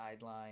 guideline